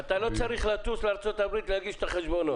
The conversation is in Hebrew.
ואתה לא צריך לטוס לארצות הברית כדי להגיש את החשבוניות.